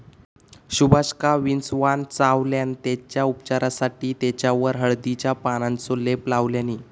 सुभाषका विंचवान चावल्यान तेच्या उपचारासाठी तेच्यावर हळदीच्या पानांचो लेप लावल्यानी